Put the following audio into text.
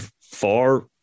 far